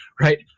right